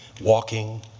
walking